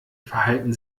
verhalten